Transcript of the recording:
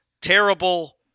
terrible